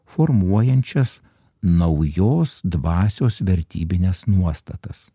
formuojančias naujos dvasios vertybines nuostatas